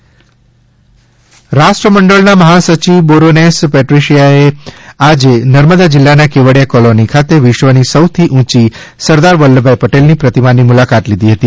Commonwealth રાષ્ટ્રમંડળના મહાસચિવ baroness પેટ્રીશીયાએ આજે નર્મદા જિલ્લાના કેવડીયા કોલોની ખાતે વિશ્વની સૌથી ઉંચી સરદાર વલ્લભભાઇ પટેલની પ્રતિમાની મુલાકાત લીધી હતી